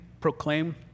proclaim